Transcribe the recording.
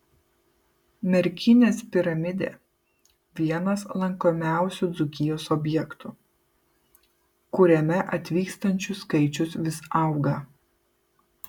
merkinės piramidė vienas lankomiausių dzūkijos objektų kuriame atvykstančių skaičius vis auga